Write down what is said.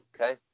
Okay